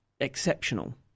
exceptional